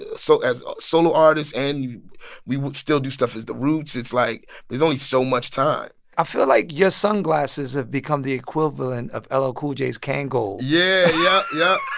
ah so solo artist, and we will still do stuff as the roots. it's like there's only so much time i feel like your sunglasses have become the equivalent of ll cool j's kangol yeah. yep.